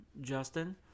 Justin